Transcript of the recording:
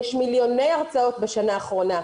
יש מיליוני הרצאות בשנה האחרונה,